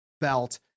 belt